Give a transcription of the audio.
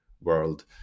world